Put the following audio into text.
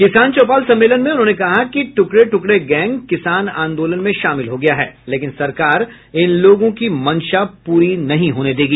किसान चौपाल सम्मेलन में उन्होंने कहा कि टुकड़े टुकड़े गैंग किसान आंदोलन में शामिल हो गया है लेकिन सरकार इन लोगों की मंशा पूरी नहीं होने देगी